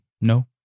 No